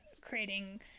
creating